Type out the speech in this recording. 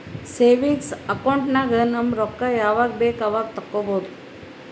savings account ನಾಗ್ ನಮ್ ರೊಕ್ಕಾ ಯಾವಾಗ ಬೇಕ್ ಅವಾಗ ತೆಕ್ಕೋಬಹುದು